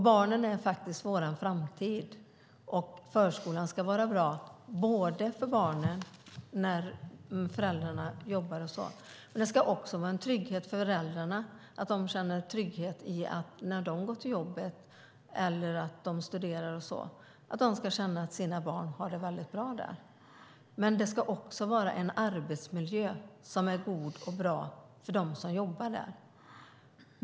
Barnen är faktiskt vår framtid, och förskolan ska vara bra både för barnen när föräldrarna jobbar och för föräldrarna så att de kan känna trygghet i att när de går till jobbet eller studerar har deras barn det bra där. Det ska också vara en arbetsmiljö som är bra för dem som jobbar där.